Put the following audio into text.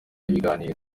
ibiganiro